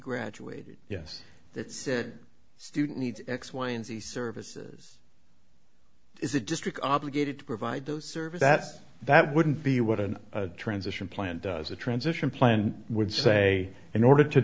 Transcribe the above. graduated yes that said student needs x y and z services is the district obligated to provide those services that that wouldn't be what an transition plan does the transition plan would say in order to